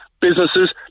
businesses